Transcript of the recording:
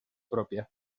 propia